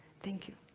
thank you.